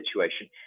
situation